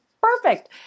perfect